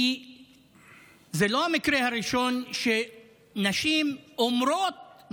כי זה לא המקרה הראשון שבו נשים ערביות